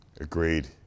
Agreed